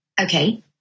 Okay